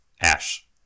Ash